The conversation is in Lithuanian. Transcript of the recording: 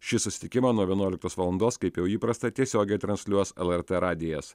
šį susitikimą nuo vienuoliktos valandos kaip jau įprasta tiesiogiai transliuos lrt radijas